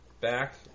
back